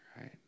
right